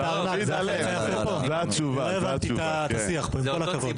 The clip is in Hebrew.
את השיח פה, עם כל הכבוד.